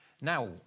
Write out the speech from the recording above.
Now